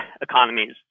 economies